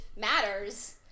matters